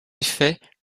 effet